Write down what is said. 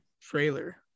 trailer